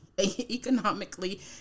economically